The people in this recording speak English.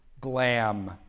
glam